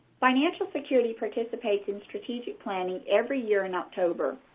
financial security participates in strategic planning every year in october.